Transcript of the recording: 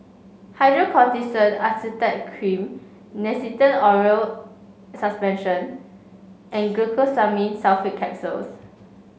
Hydrocortisone Acetate Cream Nystatin Oral Suspension and Glucosamine Sulfate Capsules